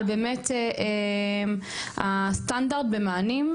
על באמת הסטנדרט במענים,